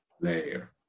layer